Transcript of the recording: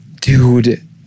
Dude